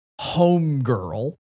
homegirl